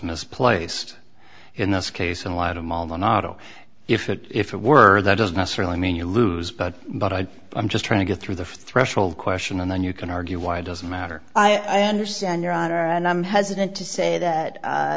misplaced in this case and a lot of maldonado if it if it were that doesn't necessarily mean you lose but but i i'm just trying to get through the threshold question and then you can argue why it doesn't matter i understand your honor and i'm hesitant to say that